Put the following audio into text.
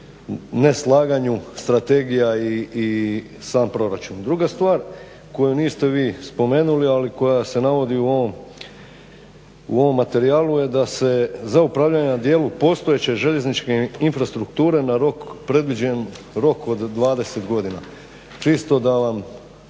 neslaganju strategija i sam proračun. Druga stvar koju niste vi spomenuli ali koja se navodi u ovom materijalu da se za upravljanje u dijelu postojeće željezničke infrastrukture na rok predviđen rok od 20 godina. Čisto da vam